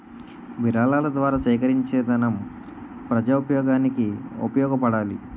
విరాళాల ద్వారా సేకరించేదనం ప్రజోపయోగానికి ఉపయోగపడాలి